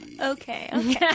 Okay